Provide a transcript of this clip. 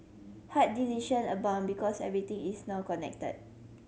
hard decision abound because everything is now connected